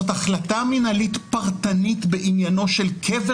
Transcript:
זאת החלטה מינהלית פרטנית בעניינו של קבר